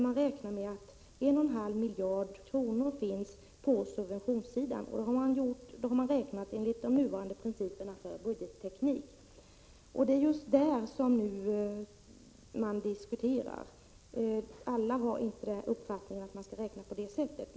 Man räknar med att 1,5 miljarder kronor utgörs av subventioner. Denna beräkning har gjorts enligt de nuvarande principerna för budgetteknik. Det är just detta man nu diskuterar. Alla har inte den uppfattningen att man skall räkna på det sättet.